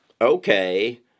okay